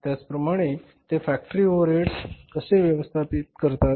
त्याचप्रमाणे ते factory overheads कसे व्यवस्थापित करतात